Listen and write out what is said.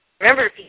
Remember